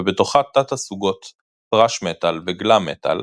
ובתוכה תת-הסוגות ת'ראש מטאל וגלאם מטאל,